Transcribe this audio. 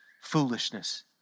foolishness